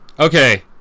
Okay